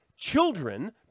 Children